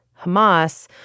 Hamas